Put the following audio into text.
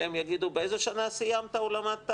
שלהם יגידו: באיזה שנה סיימת או למדת?